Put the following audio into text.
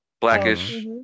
blackish